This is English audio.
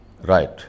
Right